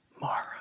Mara